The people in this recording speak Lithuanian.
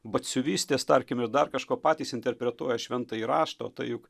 batsiuvystės tarkime dar kažko patys interpretuoja šventąjį raštą o tai juk